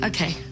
Okay